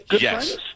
Yes